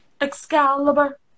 Excalibur